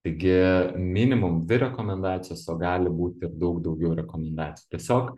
taigi minimum dvi rekomendacijos o gali būti ir daug daugiau rekomendacijų tiesiog